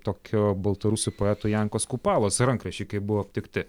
tokio baltarusių poeto jankos kupalos rankraščiai kai buvo aptikti